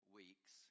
weeks